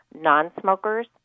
non-smokers